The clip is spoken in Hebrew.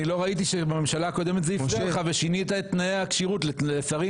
אני לא ראיתי שבממשלה הקודמת זה הפריע לך ושינית את תנאי הכשירות לשרים.